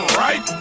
right